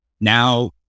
Now